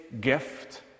gift